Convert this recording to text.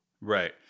Right